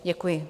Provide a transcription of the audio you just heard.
Děkuji.